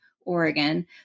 Oregon